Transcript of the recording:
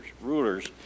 rulers